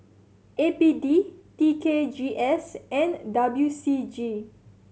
A P D T K G S and W C G